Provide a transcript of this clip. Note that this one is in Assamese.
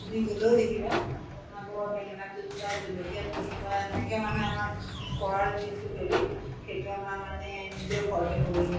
তুমি গ'লেও দেখিবা আমাৰ ঘৰৰ বেঙেনা দুজোপা জলকীয়া দুজোপা এনেকা মানে আমাক খোৱাৰ যিটো হেৰি সেইটো আমাৰ মানে নিজৰ ঘৰতে কৰিলোঁ